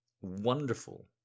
wonderful